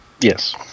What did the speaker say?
Yes